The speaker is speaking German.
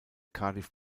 cardiff